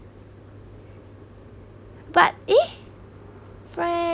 but eh friends